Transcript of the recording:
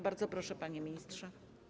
Bardzo proszę, panie ministrze.